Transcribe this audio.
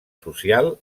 social